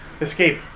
Escape